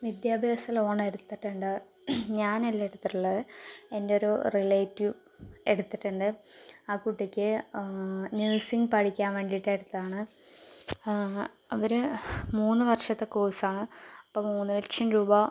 വിദ്യാഭ്യാസ ലോൺ എടുത്തിട്ടുണ്ട് ഞാനല്ല എടുത്തിട്ടുള്ളത് എൻ്റെ ഒരു റിലേറ്റീവ് എടുത്തിട്ടുണ്ട് ആ കുട്ടിക്ക് നേഴ്സിംഗ് പഠിക്കാൻ വേണ്ടിയിട്ട് എടുത്തതാണ് അവര് മൂന്നു വർഷത്തെ കോഴ്സാണ് അപ്പോൾ മൂന്ന് ലക്ഷം രൂപ